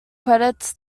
credits